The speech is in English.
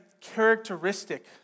characteristic